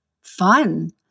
fun